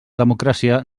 democràcia